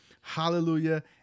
Hallelujah